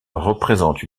représente